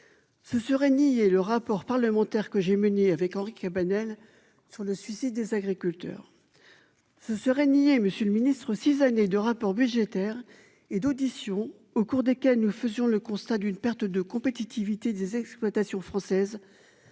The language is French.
Ce serait nier le rapport parlementaire que j'ai menée avec Henri Cabanel sur le suicide des agriculteurs. Ce serait nier, monsieur le Ministre, 6 années de rapports budgétaires et d'auditions au cours desquelles nous faisions le constat d'une perte de compétitivité des exploitations françaises.